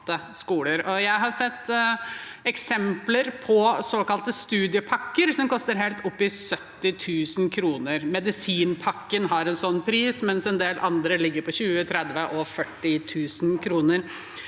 Jeg har sett eksempler på såkalte studiepakker som koster helt opptil 70 000 kr. Medisinpakken har en sånn pris, mens en del andre ligger på 20 000, 30 000 og